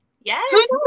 yes